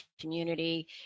community